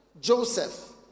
Joseph